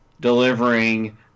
delivering